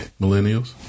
millennials